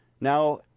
now